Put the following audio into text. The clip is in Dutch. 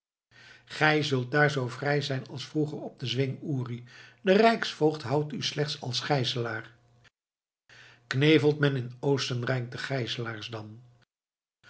gij zult daar zoo vrij zijn als vroeger op den zwing uri de rijksvoogd houdt u slechts als gijzelaar knevelt men in oostenrijk de gijzelaars dan